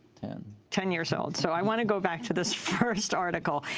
ten ten years old. so i want to go back to this first article.